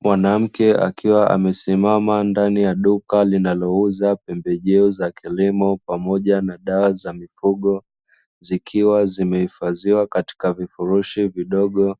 Mwanamke akiwa amesimama ndani ya duka linalouza pembejeo za kilimo pamoja na dawa za mifugo, zikiwa zimehifadhiwa katika vifurushi vidogo